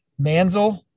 Manzel